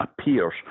appears